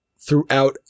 throughout